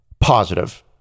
Positive